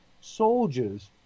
soldiers